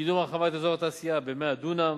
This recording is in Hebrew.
קידום הרחבת אזור התעשייה ב-100 דונם.